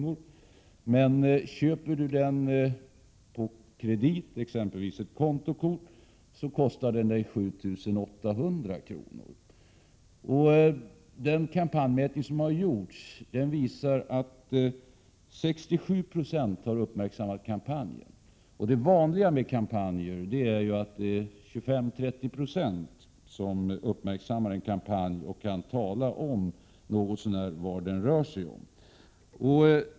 om den köps på kredit med hjälp av kontokort. Spardelegationens kampanjmätning visar att 67 9o av tillfrågade människor har uppmärksammat kampanjen. Normalt uppmärksammas kampanjer av 25-30 20 av de tillfrågade. Fler än så kan inte berätta vad kampanjen handlar om.